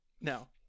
No